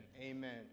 amen